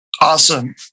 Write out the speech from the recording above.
Awesome